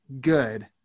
good